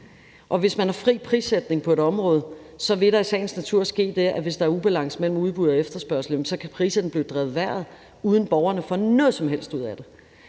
Hvis man har fri prissætning på et område, vil der i sagens natur ske det, at hvis der er ubalance mellem udbud og efterspørgsel, kan priserne blive drevet i vejret, uden at borgerne får noget som helst ud af det.